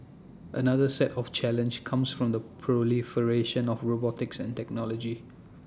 another set of challenge comes from the proliferation of robotics and technology